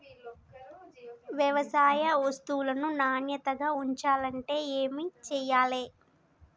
వ్యవసాయ వస్తువులను నాణ్యతగా ఉంచాలంటే ఏమి చెయ్యాలే?